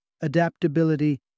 adaptability